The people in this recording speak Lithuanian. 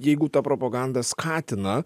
jeigu ta propaganda skatina